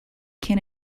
can